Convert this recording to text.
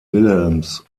wilhelms